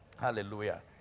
Hallelujah